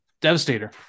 Devastator